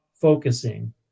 focusing